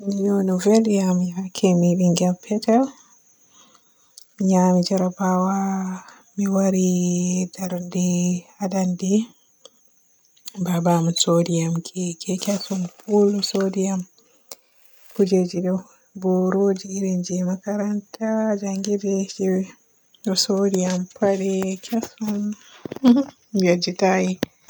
Ni'u no veli am sa'e yaake mi ɓingel petel. Nyami jarrabawa mi waari tarde ha dande, baba am soodi am keke kesom pol. Soodi am kujeji ɗo, boroji iri je makaranta njanngirde se o soodi am pade kesom. Mi yejji tay.